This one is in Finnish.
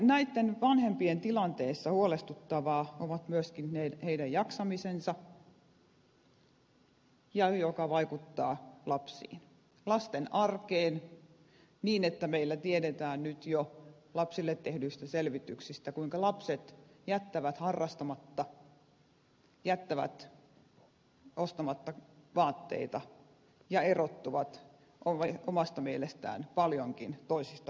näiden vanhempien tilanteessa huolestuttavaa on myöskin heidän jaksamisensa joka vaikuttaa lapsiin lasten arkeen niin että meillä tiedetään nyt jo lapsille tehdyistä selvityksistä kuinka lapset jättävät harrastamatta jättävät ostamatta vaatteita ja erottuvat omasta mielestään paljonkin toisista lapsista